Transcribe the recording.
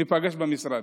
ניפגש במשרד.